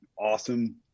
awesome